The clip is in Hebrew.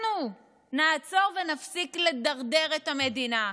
אנחנו נעצור ונפסיק לדרדר את המדינה.